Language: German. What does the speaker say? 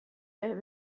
der